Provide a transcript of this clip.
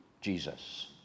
jesus